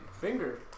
Finger